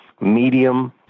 Medium